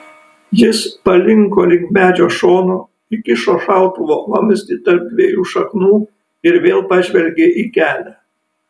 jis palinko link medžio šono įkišo šautuvo vamzdį tarp dviejų šaknų ir vėl pažvelgė į kelią